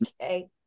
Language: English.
Okay